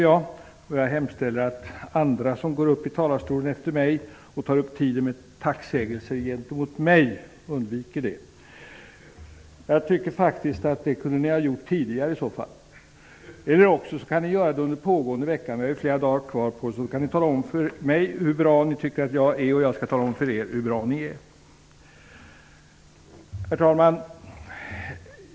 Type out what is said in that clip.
Jag hemställer att andra som går upp i talarstolen efter mig och vill ta upp tiden med tacksägelser gentemot mig undviker det. Jag tycker att ni kunde ha gjort det tidigare i så fall. Ni kan också göra det under den pågående veckan, vi har ytterligare några dagar kvar. Ni kan tala om för mig hur bra ni tycker att jag är, och jag skall tala om för er hur bra ni är. Herr talman!